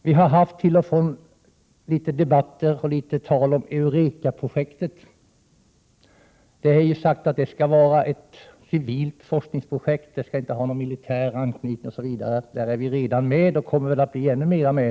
Vi har till och från debatterat Eureka-projektet, och det sägs att det skall vara ett civilt forskningsprojekt och att det inte skall ha någon militär anknytning. Där är vi redan med och med en anslutning till EG kommer vi att delta ännu mer.